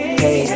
hey